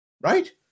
Right